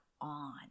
on